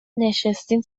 نشستین